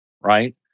right